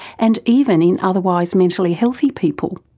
and even in otherwise mentally healthy people.